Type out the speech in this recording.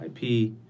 IP